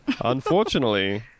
Unfortunately